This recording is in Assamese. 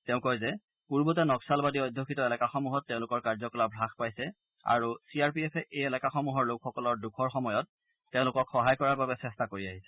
তেওঁ কয় যে পূৰ্বতে নক্সালবাদী অধ্যুষিত এলেকাসমূহত তেওঁলোকৰ কাৰ্যকলাপ হ্ৰাস পাইছে আৰু চি আৰ পি এফে সেই এলেকাসমূহৰ লোকসকলৰ দুখৰ সময়ত তেওঁলোকক সহায় কৰাৰ বাবে চেষ্টা কৰি আহিছে